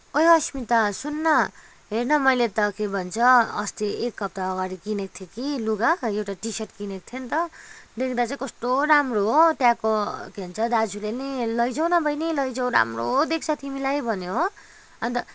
ओए अस्मिता सुन न हेर्न मैले त के भन्छ अस्ति एक हप्ता अगाडि किनेको थिएँ कि लुगा एउटा टी सर्ट किनेको थिएँ नि त देख्दा चाहिँ कस्तो राम्रो हो त्यहाँको के भन्छ दाजुले नि लैजाऊ न बहिनी लैजाऊ राम्रो देख्छ तिमीलाई भन्यो हो अन्त